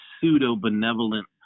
pseudo-benevolent